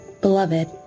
Beloved